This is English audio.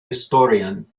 historian